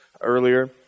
earlier